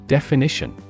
Definition